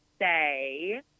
say